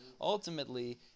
ultimately